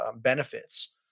benefits